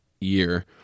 year